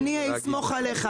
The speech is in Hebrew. אני אסמוך עליך,